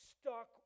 stuck